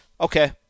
Okay